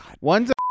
One's